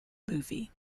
movie